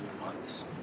months